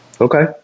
Okay